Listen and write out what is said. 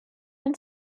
and